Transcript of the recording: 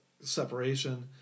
separation